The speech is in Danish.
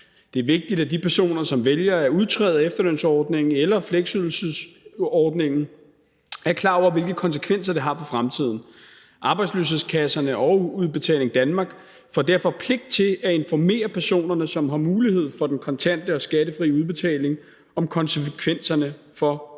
Det er vigtigt, at de personer, som vælger at udtræde af efterlønsordningen eller fleksydelsesordningen, er klar over, hvilke konsekvenser det har for fremtiden. Arbejdsløshedskasserne og Udbetaling Danmark får derfor pligt til at informere de personer, som har mulighed for den kontante og skattefri udbetaling, om konsekvenserne af fravalget.